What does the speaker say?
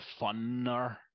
funner